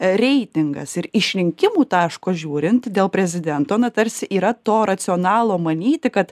reitingas ir iš rinkimų taško žiūrint dėl prezidento na tarsi yra to racionalo manyti kad